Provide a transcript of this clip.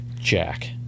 jack